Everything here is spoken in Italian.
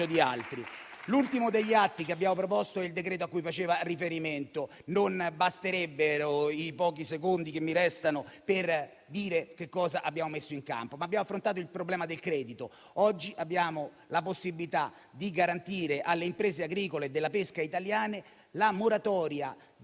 L'ultimo degli atti che abbiamo proposto è il decreto-legge a cui faceva riferimento. Non basterebbero i pochi secondi che mi restano per dire che cosa abbiamo messo in campo. Abbiamo affrontato il problema del credito. Oggi abbiamo la possibilità di garantire alle imprese agricole e della pesca italiane la moratoria